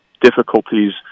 difficulties